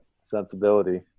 sensibility